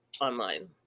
online